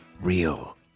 Real